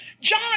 John